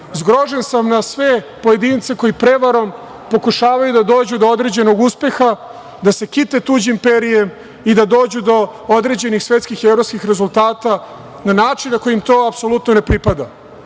zgoržen sam na sve pojedince koji prevarom pokušavaju da dođu do određenog uspeha, da se kite tuđim perjem i da dođu do određenih svetskih i evropskih rezultata na način na koji im to apsolutno ne